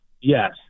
Yes